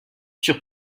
sur